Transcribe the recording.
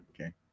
Okay